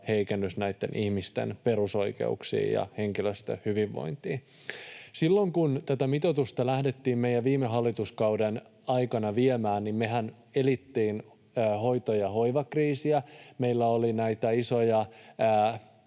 heikennys näitten ihmisten perusoikeuksiin ja henkilöstön hyvinvointiin. Silloin kun tätä mitoitusta lähdettiin meidän viime hallituskauden aikana viemään, niin mehän elettiin hoito- ja hoivakriisiä, meillä oli näitä isoja